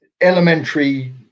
elementary